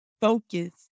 focus